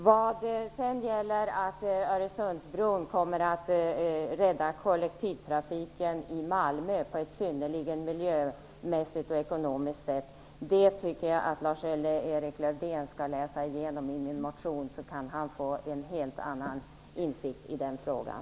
Vad sedan gäller att Öresundsbron kommer att rädda kollektivtrafiken i Malmö på ett miljömässigt och ekonomiskt synnerligen bra sätt tycker jag att Lars-Erik Lövdén skall läsa igenom i min motion, så kan han få en helt annan insikt i den frågan.